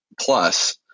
plus